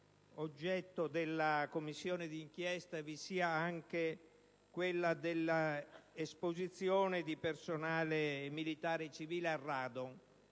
oggetto della Commissione di inchiesta vi sia anche quella dell'esposizione di personale militare e civile al radon.